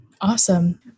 Awesome